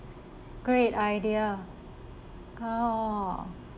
great idea oh